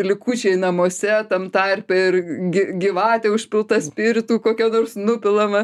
likučiai namuose tam tarpe ir gi gyvatė užpilta spiritu kokia nors nupilama